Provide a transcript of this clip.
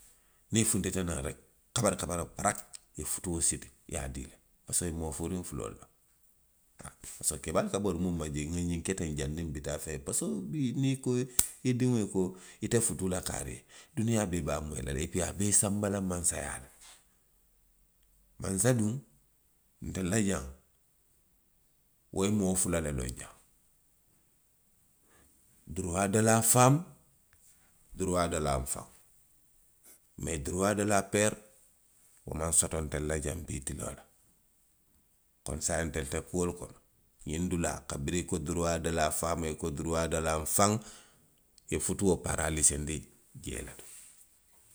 Niŋ i funtitanaŋ reki, kabari kabari paraki, i ye futuo siti, i ye a dii i la. parisiko i moo fuuriŋ fuloolu loŋ. parisiko keebaalu ka bori muŋ ma jee, nŋa ňiŋ ke teŋ janniŋ i bi taa fee, parisiko bii niŋ i ko i diŋo ye ko ite futuu la kaarii ye, duniyaa bee be a moyi la le, epii a be i sanba la mansa yaa. Mansa duŋ. ntelu la jaŋ. wo ye moo fula le loŋ jaŋ. duruwaa do la faamu. duruwaa do lanfaŋ, mee duruwaa do la peeri, wo maŋ soto ntelu la jaŋ. bii tiloo la. Koni saayiŋ ntelu te kuolu kono.ňiŋ dulaa kabiriŋ i ko duruwaa do la faamu, i ko duruwaa do lanfaŋ, i ye futuo paaraaliseendi jee le to.